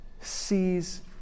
sees